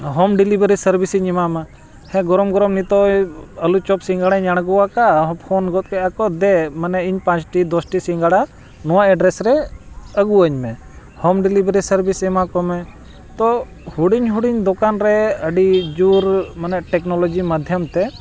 home delivery service ᱤᱧ ᱮᱢᱟᱢᱟ ᱦᱮᱸ ᱜᱚᱨᱚᱢ ᱜᱚᱨᱚᱢ ᱱᱤᱛᱚᱜ ᱟᱞᱩ ᱪᱚᱯ ᱥᱤᱸᱜᱟᱹᱲᱟᱧ ᱟᱬᱜᱚ ᱟᱠᱟᱫᱟ ᱦᱚᱸ ᱯᱷᱳᱱ ᱜᱚᱫ ᱠᱮᱜᱼᱟ ᱠᱚ ᱫᱮ ᱢᱟᱱᱮ ᱤᱧ ᱯᱟᱸᱪᱴᱤ ᱫᱚᱥᱴᱤ ᱥᱤᱸᱜᱟᱹᱲᱟ ᱱᱚᱣᱟ ᱮᱰᱨᱮᱥ ᱨᱮ ᱟᱹᱜᱩ ᱟᱹᱧ ᱢᱮ ᱦᱳᱢ ᱰᱮᱞᱤᱵᱷᱟᱨᱤ ᱥᱟᱨᱵᱷᱤᱥ ᱮᱢᱟ ᱠᱚᱢᱮ ᱛᱚ ᱦᱩᱰᱤᱧ ᱦᱩᱰᱤᱧ ᱫᱚᱠᱟᱱ ᱨᱮ ᱟᱹᱰᱤ ᱡᱳᱨ ᱢᱟᱱᱮ ᱴᱮᱠᱱᱳᱞᱚᱡᱤ ᱢᱟᱫᱽᱫᱷᱚᱢ ᱛᱮ